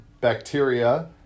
bacteria